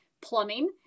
plumbing